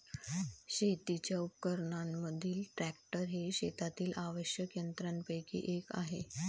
शेतीच्या उपकरणांमधील ट्रॅक्टर हे शेतातील आवश्यक यंत्रांपैकी एक आहे